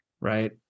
right